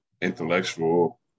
intellectual